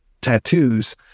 tattoos